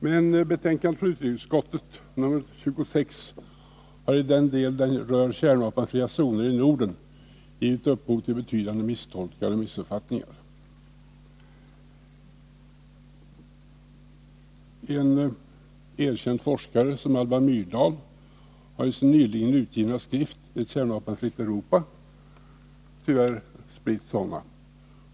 Men ett betänkande från utrikesutskottet, 1980/81:26, har i den del det rör kärnvapenfria zoner i Norden givit upphov till betydande misstolkningar och missuppfattningar. En erkänd forskare som Alva Myrdal har i sin nyligen utgivna skrift Ett kärnvapenfritt Europa tyvärr spritt sådana.